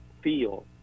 feel